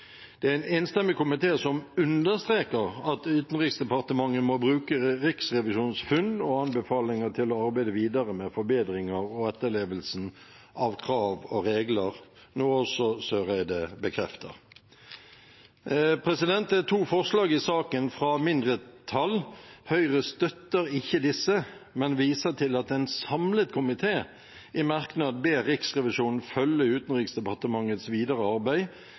Det er en enstemmig komité som understreker at Utenriksdepartementet må bruke Riksrevisjonens funn og anbefalinger til å arbeide videre med forbedringer og etterlevelsen av krav og regler, noe også Søreide bekrefter. Det er to mindretallsforslag i saken. Høyre støtter ikke disse, men viser til at en samlet komité i merknad ber Riksrevisjonen følge Utenriksdepartementets videre arbeid